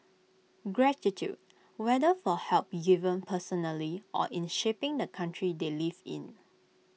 gratitude whether for help given personally or in shaping the country they live in